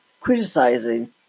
criticizing